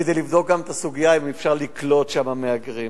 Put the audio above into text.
כדי לבדוק גם אם אפשר לקלוט שם מהגרים.